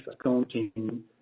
accounting